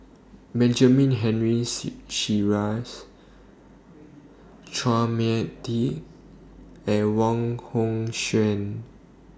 Benjamin Henry Sheares Chua Mia Tee and Wong Hong Suen